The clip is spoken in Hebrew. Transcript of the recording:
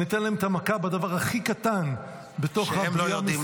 אני אתן להם את המכה בדבר הכי קטן בתוך -- שהם לא יודעים לעשות.